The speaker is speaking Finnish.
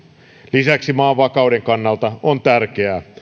lisäksi maan vakauden kannalta on tärkeää